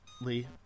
Lee